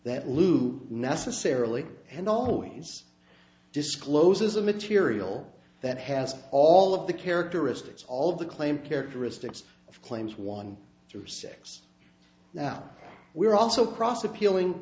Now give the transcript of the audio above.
that lou necessarily and always disclose is a material that has all of the characteristics all of the claimed characteristics of claims one through six now we are also cross appealing